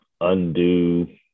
undo